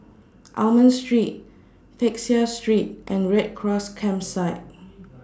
Almond Street Peck Seah Street and Red Cross Campsite